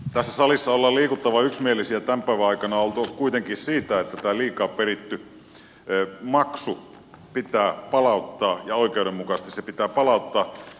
tässä salissa on liikuttavan yksimielisiä tämän päivän aikana oltu kuitenkin siitä että tämä liikaa peritty maksu pitää palauttaa ja oikeudenmukaisesti se pitää palauttaa